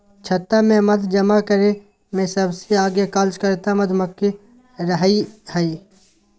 छत्ता में मध जमा करे में सबसे आगे कार्यकर्ता मधुमक्खी रहई हई